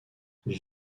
lee